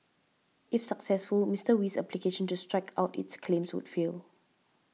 if successful Mister Wee's application to strike out its claims would fail